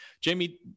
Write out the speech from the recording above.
Jamie